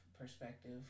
perspective